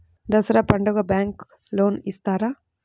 దసరా పండుగ bank loan ఇస్తారా?